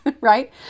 right